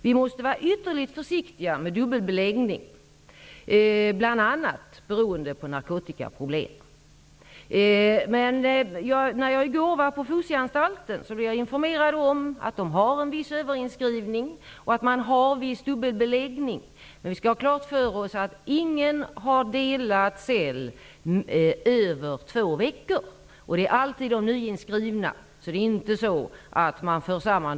Vi måste vara ytterligt försiktiga med dubbelbeläggning, bl.a. beroende på narkotikaproblemen. Jag var i går på Fosieanstalten. Där blev jag informerad om att det finns en viss överinskrivning och en viss dubbelbeläggning. Men vi skall ha klart för oss att ingen har delat cell mer än två veckor. Det är alltid fråga om nyinskrivna.